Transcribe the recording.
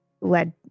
Led